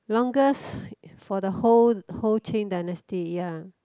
longest for the whole whole Qing-Dynasty ya